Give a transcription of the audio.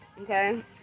okay